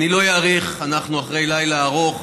רבותיי, אנחנו עוברים להצעת החוק הבאה.